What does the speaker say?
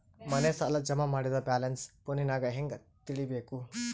ಮನೆ ಸಾಲ ಜಮಾ ಮಾಡಿದ ಬ್ಯಾಲೆನ್ಸ್ ಫೋನಿನಾಗ ಹೆಂಗ ತಿಳೇಬೇಕು?